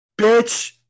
bitch